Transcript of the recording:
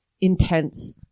intense